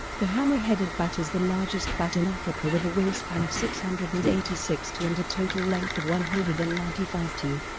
the hammer-headed bat is the largest bat in africa with a wingspan of six hundred and eighty six to and a total length of one hundred and ninety five to.